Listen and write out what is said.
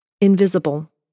invisible